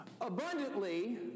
abundantly